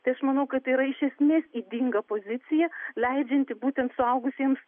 tai aš manau kad tai iš esmės ydinga pozicija leidžianti būtent suaugusiems